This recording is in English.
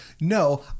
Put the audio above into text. no